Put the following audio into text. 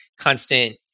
constant